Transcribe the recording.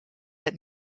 het